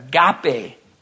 Agape